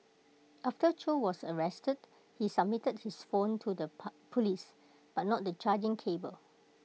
after chow was arrested he submitted his phone to the po Police but not the charging cable